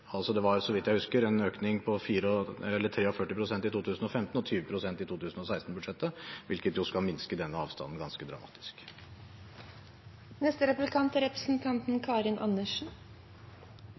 Det var så vidt jeg husker en økning på 43 pst. i 2015 og 20 pst. i 2016-budsjettet, hvilket jo skal minske den avstanden ganske